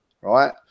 right